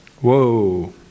whoa